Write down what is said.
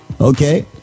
Okay